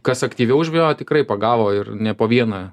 kas aktyviau žvejojo tikrai pagavo ir ne po vieną